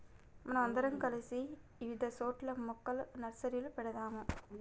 మనం అందరం కలిసి ఇవిధ సోట్ల మొక్కల నర్సరీలు పెడదాము